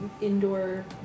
indoor